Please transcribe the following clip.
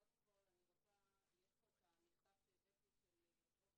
קודם כל יש פה את המכתב שהבאתי של יושבות